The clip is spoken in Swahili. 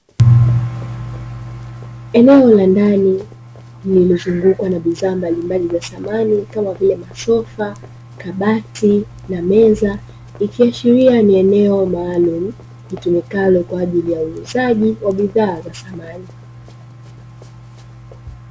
Eneo la ndani lililozungukwa na bidhaa mbalimbali za samani kama vile: masofa, kabati na meza; ikiashiria ni eneo maalumu, litumikalo kwa ajili ya uuzaji wa bidhaa za samani.